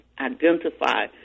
identify